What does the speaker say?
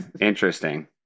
interesting